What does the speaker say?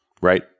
Right